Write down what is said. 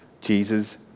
Jesus